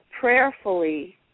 prayerfully